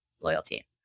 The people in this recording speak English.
loyalty